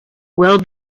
well